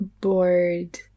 bored